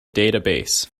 database